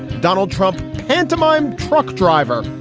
donald trump pantomime truck driver.